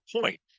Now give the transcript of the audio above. point